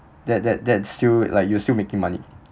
that that that still like you're still making money